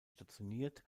stationiert